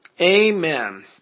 amen